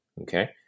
Okay